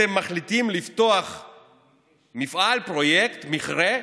אתם מחליטים לפתוח מפעל, פרויקט, מכרה,